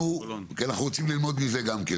אתה מגיע מהשטח ואנחנו רוצים ללמוד מזה גם.